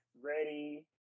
ready